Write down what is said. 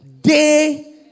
Day